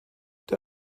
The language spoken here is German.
der